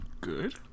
Good